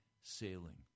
Sailing